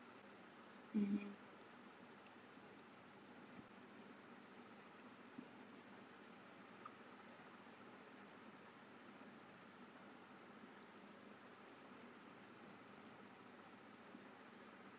mmhmm